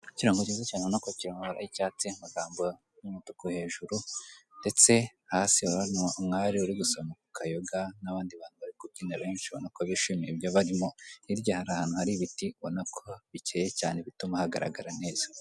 Ikirango cyiza cyane urabona ko kiri mu mabara y'icyatsi, amagambo ni umutuku hejuru ndetse hasi urabona umwari uri gusoma ku kayoga n'abandi bantu bari kubyina benshi ubona ko bishimiye ibyo barimo, hirya hari ahantu hari ibiti ubona ko bikeye cyane bituma hagaragara neza.